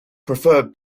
prefer